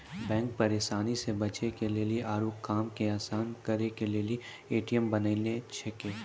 bank परेशानी से बचे के लेली आरु कामो के असान करे के लेली ए.टी.एम बनैने छै